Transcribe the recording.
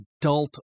adult